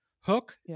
Hook